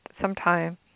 sometime